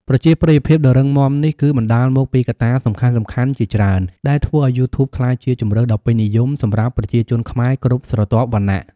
ប្រជាប្រិយភាពដ៏រឹងមាំនេះ គឺបណ្ដាលមកពីកត្តាសំខាន់ៗជាច្រើនដែលធ្វើឱ្យយូធូបក្លាយជាជម្រើសដ៏ពេញនិយមសម្រាប់ប្រជាជនខ្មែរគ្រប់ស្រទាប់វណ្ណៈ។